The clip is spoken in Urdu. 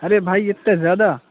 ارے بھائی اتنا زیادہ